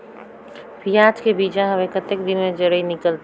पियाज के बीजा हवे कतेक दिन मे जराई निकलथे?